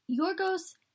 Yorgos